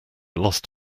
lost